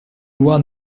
won